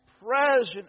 present